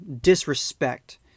disrespect